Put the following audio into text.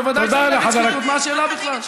בוודאי שאני נגד שחיתות, מה השאלה בכלל?